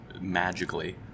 magically